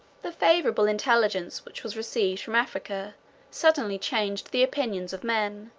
the favorable intelligence which was received from africa suddenly changed the opinions of men,